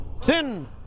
Sin